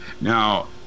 Now